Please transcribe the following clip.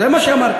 זה מה שאמרתם.